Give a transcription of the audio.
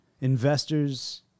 investors